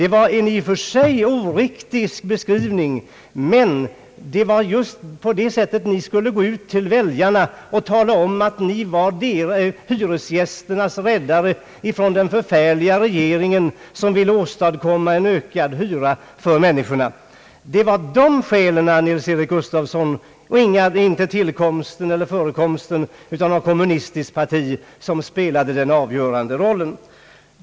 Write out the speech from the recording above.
Det var en i och för sig oriktig beskrivning, men det var just på detta sätt som ni skulle gå ut till väljarna och tala om för dem att ni var hyresgästernas räddare från den förfärliga regeringen, som ville åstadkomma höjda hyror för människorna. Det var de skälen, herr Nils-Eric Gustafsson, och inte förekomsten av det kommunistiska partiet som spelade den avgörande rollen.